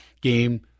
game